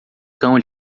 cão